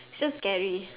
its just scary